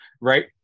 right